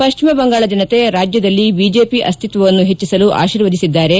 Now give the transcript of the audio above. ಪಶ್ಚಿಮ ಬಂಗಾಳ ಜನತೆ ರಾಜ್ಯದಲ್ಲಿ ಬಿಜೆಪಿ ಅಸ್ತಿತ್ವವನ್ನು ಹೆಚ್ಚಿಸಲು ಆಶೀರ್ವದಿಸಿದ್ದಾರೆ